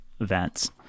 events